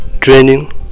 training